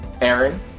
Aaron